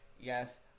Yes